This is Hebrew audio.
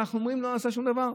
אנחנו אומרים: לא נעשה שום דבר,